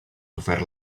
sofert